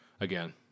again